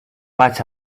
vaig